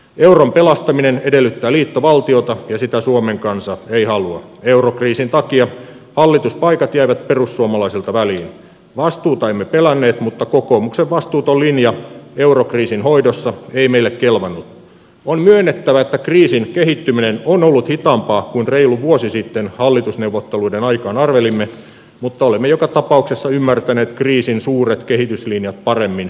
euron pelastaminen edellyttää liittovaltiota ja itä suomen kansa ei halua eurokriisin takia hallituspaikat jäivät perussuomalaisilta väliin vastuuta emme pelänneet mutta kokoomuksen vastuuton linja eurokriisin hoidossa ei meille kelvannut on myönnettävä että kriisin kehittyminen on ollut hitaampaa kuin reilu vuosi sitten hallitusneuvotteluiden aikaan arvelimme mutta olemme joka tapauksessa ymmärtäneet kriisin suuret kehityslinjat paremmin